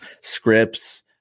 scripts